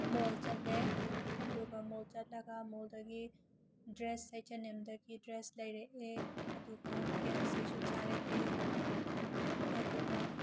ꯃꯣꯜ ꯆꯠꯂꯦ ꯑꯗꯨꯒ ꯃꯣꯜ ꯆꯠꯂꯒ ꯃꯣꯜꯗꯒꯤ ꯗ꯭ꯔꯦꯁ ꯍꯩꯁ ꯑꯦꯟ ꯑꯦꯝꯗꯒꯤ ꯗ꯭ꯔꯦꯁ ꯂꯩꯔꯛꯑꯦ ꯑꯗꯨꯒ ꯀꯦ ꯑꯦꯐ ꯁꯤꯁꯨ ꯆꯥꯔꯛꯑꯦ ꯑꯗꯨꯒ